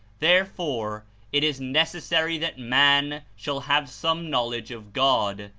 therefore it is necessary that man shall have some knowledge of god,